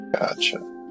Gotcha